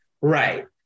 Right